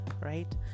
right